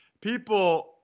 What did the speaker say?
People